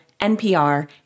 NPR